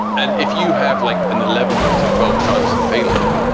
and if you have like an eleven ah to twelve chance of failing,